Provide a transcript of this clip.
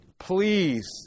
Please